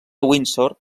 windsor